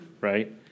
right